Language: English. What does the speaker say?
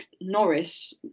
Norris